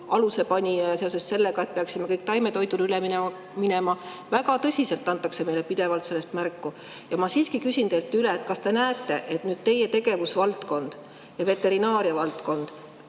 alusepanija ja me kõik peaksime varsti taimetoidule üle minema. Väga tõsiselt antakse meile pidevalt sellest märku. Ma siiski küsin teilt üle: kas te näete, et teie tegevusvaldkond, veterinaariavaldkond